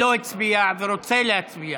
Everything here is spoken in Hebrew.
שלא הצביע ורוצה להצביע?